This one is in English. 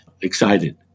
excited